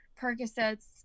percocets